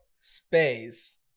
Space